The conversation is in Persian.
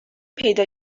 پیدا